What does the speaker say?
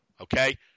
Okay